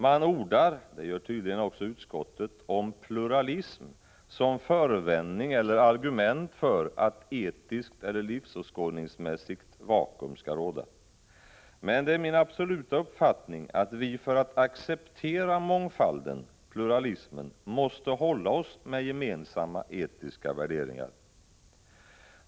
Man ordar — och det gör tydligen också utskottet — om pluralism som förevändning eller argument för att ett etiskt eller livsåskådningsmässigt vakuum skall råda. Men det är min absoluta uppfattning att vi för att acceptera mångfalden, pluralismen, måste hålla oss med gemensamma etiska värderingar.